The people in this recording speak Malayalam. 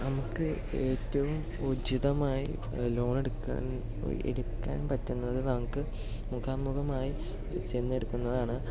നമുക്ക് ഏറ്റവും ഉചിതമായി ലോൺ എടുക്കാൻ എടുക്കാൻ പറ്റുന്നത് നമുക്ക് മുഖാമുഖമായി ചെന്നെടുക്കുന്നതാണ്